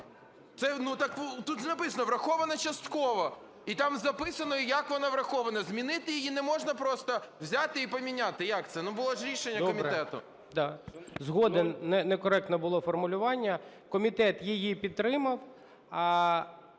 тут написано: врахована частково. І там записано, як вона врахована. Змінити її не можна просто взяти і поміняти. Як це? Було ж рішення комітету. ГОЛОВУЮЧИЙ. Добре. Згоден. Некоректне було формулювання. Комітет її підтримав.